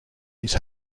his